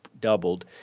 doubled